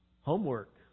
homework